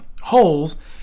holes